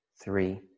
three